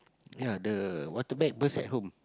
ya the water bag burst at home